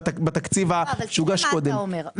בתקציב שהוגש קודם --- אבל תבין מה אתה אומר,